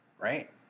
right